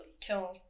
kill